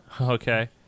Okay